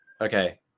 okay